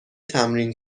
تمرین